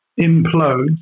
implodes